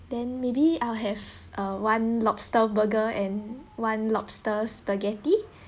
then maybe I'll have uh one lobster burger and one lobster spaghetti